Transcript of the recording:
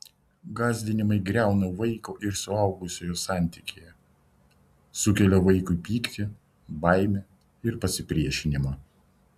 gąsdinimai griauna vaiko ir suaugusiojo santykį sukelia vaikui pyktį baimę ir pasipriešinimą